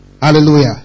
Hallelujah